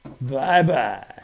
Bye-bye